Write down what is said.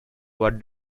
what